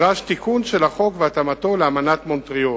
נדרשים תיקון של החוק והתאמתו לאמנת מונטריאול.